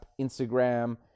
Instagram